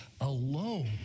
alone